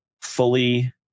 fully